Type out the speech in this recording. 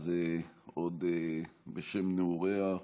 אז עוד בשם נעוריה,